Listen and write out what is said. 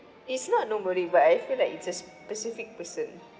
it's not nobody but I feel like it's a specific person